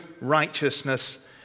righteousness